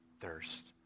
thirst